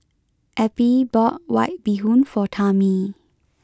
Eppie bought white bee hoon for Tami